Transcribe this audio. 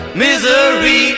misery